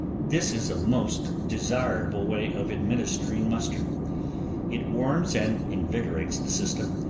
this is a most desirable way of administering mustard it warms and invigorates the system,